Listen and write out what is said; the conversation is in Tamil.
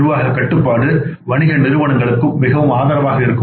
நிர்வாக கட்டுப்பாடு வணிக நிறுவனங்களுக்கும் மிகவும் ஆதரவாக இருக்கும்